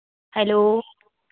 hello